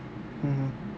mm